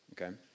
Okay